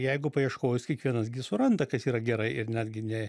jeigu paieškojus kiekvienas gi suranda kas yra gerai ir netgi ne